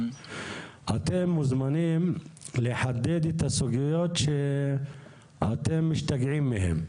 אתם מוזמנים לחדד את הסוגיות שאתם משתגעים מהם.